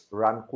run